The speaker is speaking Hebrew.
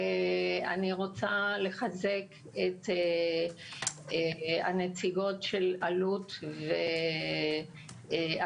אני רוצה לחזק את הנציגות של אלו"ט ואקי"ם